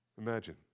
Imagine